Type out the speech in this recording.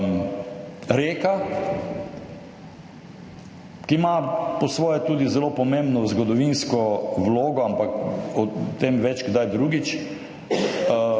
reka ki ima po svoje tudi zelo pomembno zgodovinsko vlogo, ampak o tem več kdaj drugič,